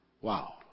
Wow